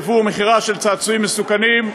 ייבוא ומכירה של צעצועים מסוכנים)